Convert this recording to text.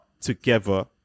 together